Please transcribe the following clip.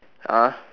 ah